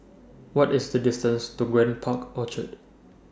What IS The distance to Grand Park Orchard